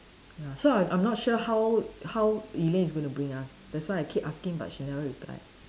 ya so I'm I'm not sure how how Elaine is gonna bring us that's why I keep asking but she never reply